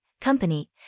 Company